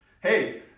Hey